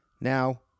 Now